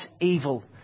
evil